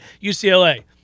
UCLA